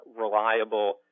reliable